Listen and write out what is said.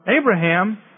Abraham